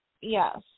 Yes